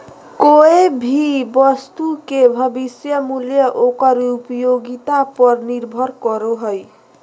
कोय भी वस्तु के भविष्य मूल्य ओकर उपयोगिता पर निर्भर करो हय